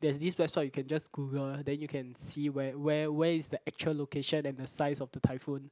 there's this website you can just Google then you can see where where where is the actual location and the size of the typhoon